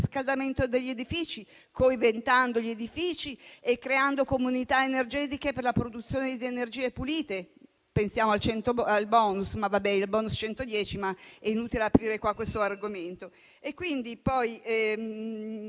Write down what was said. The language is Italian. degli edifici, coibentando gli edifici e creando comunità energetiche per la produzione di energie pulite. Pensiamo al *bonus* 110, ma è inutile aprire qua questo argomento.